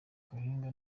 guhinga